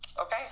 Okay